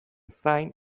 zain